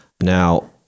Now